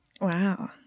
Wow